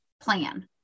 plan